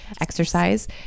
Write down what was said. exercise